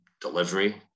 delivery